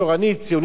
ציונית יותר,